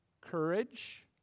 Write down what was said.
courage